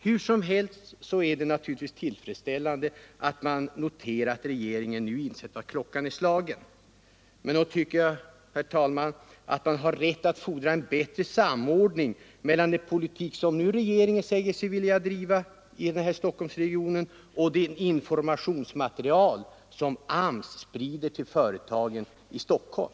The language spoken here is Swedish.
Hur som helst är det naturligtvis tillfredsställande att man nu kan notera att regeringen har insett vad klockan är slagen. Men nog tycker jag, herr talman, att man har rätt att fordra en bättre samordning mellan den politik som regeringen säger sig vilja driva i Stockholmsregionen och det informationsmaterial som AMS sprider till företagen i Stockholm.